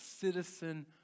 citizen